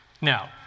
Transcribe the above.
Now